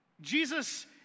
Jesus